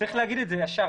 צריך להגיד את זה ישר.